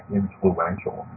influential